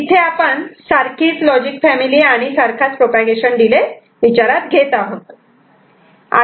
इथे आपण सारखीच लॉजिक फॅमिली आणि सारखाच प्रोपागेशन डिले विचारात घेत आहोत